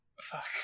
Fuck